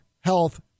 health